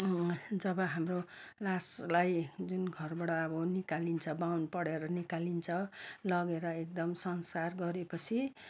जब हाम्रो लासलाई जुन घरबाट अब निकालिन्छ बाहुन पढेर निकालिन्छ लगेर एकदम संस्कार गरे पछि